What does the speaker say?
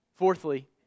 Fourthly